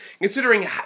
Considering